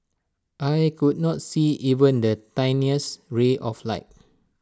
I could not see even the tiniest ray of light